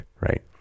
right